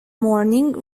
morning